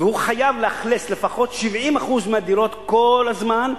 והוא חייב לאכלס לפחות 70% מהדירות כל הזמן,